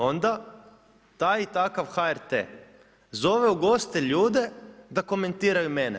Onda taj i takav HRT zove u goste ljude da komentiraju mene.